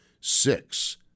six